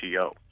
GTO